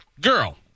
Girl